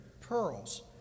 pearls